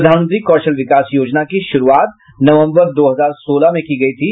प्रधानमंत्री कौशल विकास योजना की शुरूआत नवंबर दो हजार सोलह में की गयी थी